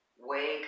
Wake